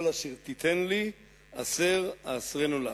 כל אשר תיתן לי עשר אעשרנו לך.